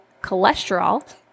cholesterol